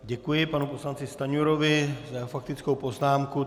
Děkuji panu poslanci Stanjurovi za jeho faktickou poznámku.